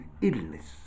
illness